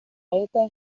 rete